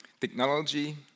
technology